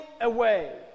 away